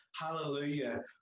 hallelujah